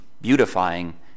beautifying